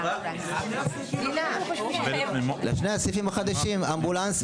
שני הסעיפים החדשים אמבולנס,